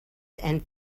and